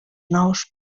nous